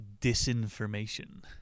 disinformation